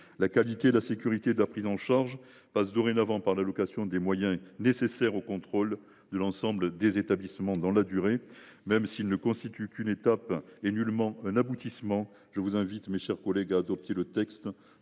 La qualité et la sécurité de la prise en charge passent dorénavant par l’allocation des moyens nécessaires au contrôle de l’ensemble des établissements dans la durée. Ainsi, même s’il ne constitue qu’une étape et n’est nullement un aboutissement, je vous invite, mes chers collègues, à adopter le texte